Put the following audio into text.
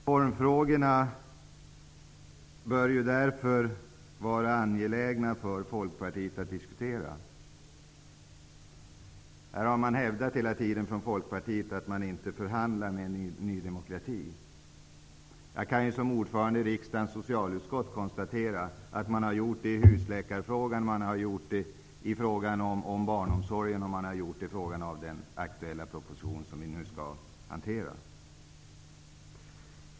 Formfrågorna bör därför vara angelägna för Folkpartiet att diskutera. Här har man hela tiden från Folkpartiet hävdat att man inte förhandlar med Ny demokrati. Jag kan som ordförande i riksdagens socialutskott konstatera att man har gjort det i husläkarfrågan, i frågan om barnomsorgen och i fråga om den aktuella proposition som vi nu skall hantera.